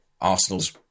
Arsenal's